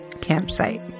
campsite